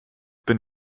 been